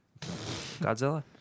Godzilla